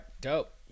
Dope